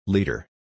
Leader